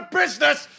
business